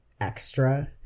extra